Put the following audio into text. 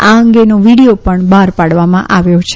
આ અંગેનો વીડીયો પણ બહાર પાડવામાં આવ્યો છે